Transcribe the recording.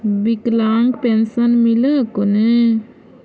विकलांग पेन्शन मिल हको ने?